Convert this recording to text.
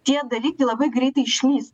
tie dalykai labai greitai išlįs